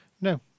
no